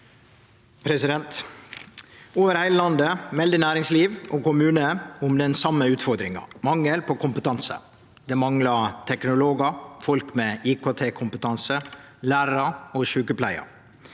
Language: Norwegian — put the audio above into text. Over heile landet mel- der næringsliv og kommunar om den same utfordringa, mangel på kompetanse. Det manglar teknologar, folk med IKT-kompetanse, lærarar og sjukepleiarar.